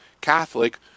Catholic